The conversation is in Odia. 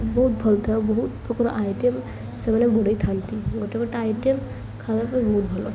ଭଲ ବହୁତ ଭଲ ଥାଏ ଓ ବହୁତ ପ୍ରକାରର ଆଇଟମ୍ ସେମାନେ ବନାଇଥାନ୍ତି ଗୋଟେ ଗୋଟେ ଆଇଟମ୍ ଖାଇବା ପାଇଁ ବହୁତ ଭଲ